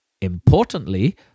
Importantly